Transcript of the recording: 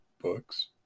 books